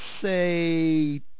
say